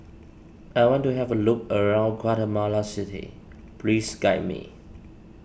I want to have a look around Guatemala City please guide me